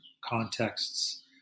contexts